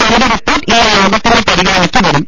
സമിതി റിപ്പോർട്ട് ഇന്ന് യോഗത്തിന്റെ പരിഗണനയ്ക്കുവരും